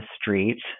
street